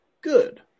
good